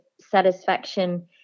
satisfaction